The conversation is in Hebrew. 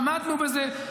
עמדנו בזה.